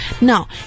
Now